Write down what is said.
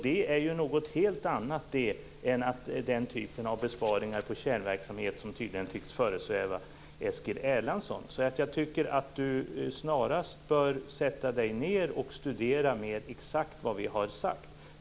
Det är något helt annat än den typen av besparingar på kärnverksamhet som tydligen tycks föresväva Eskil Erlandsson. Jag tycker att han snarast bör sätta sig ned och studera mer exakt vad vi har sagt.